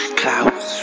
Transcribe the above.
clouds